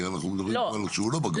כי אנחנו מדברים פה על כשהוא לא בגבול.